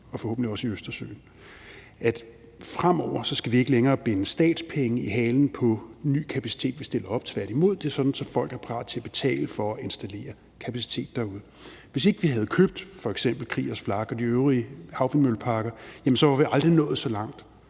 og forhåbentlig også i Østersøen. Fremover skal vi ikke længere binde statspenge i halen på ny kapacitet, vi stiller op, tværtimod er det sådan, at folk er parate til at betale for at installere kapacitet derude. Hvis ikke vi havde købt f.eks. Kriegers Flak og de øvrige havvindmølleparker, var vi aldrig nået så langt